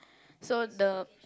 so the